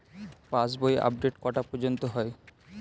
পাশ বই আপডেট কটা পর্যন্ত হয়?